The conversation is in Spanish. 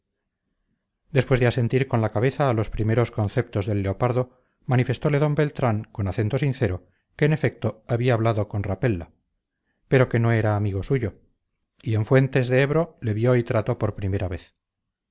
después de asentir con la cabeza a los primeros conceptos del leopardo manifestole d beltrán con acento sincero que en efecto había hablado con rapella pero que no era amigo suyo y en fuentes de ebro le vio y trató por primera vez